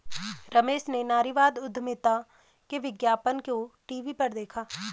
रमेश ने नारीवादी उधमिता के विज्ञापन को टीवी पर देखा